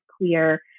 clear